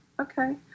okay